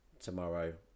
tomorrow